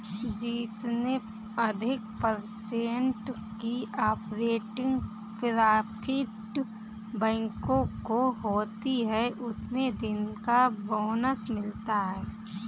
जितने अधिक पर्सेन्ट की ऑपरेटिंग प्रॉफिट बैंकों को होती हैं उतने दिन का बोनस मिलता हैं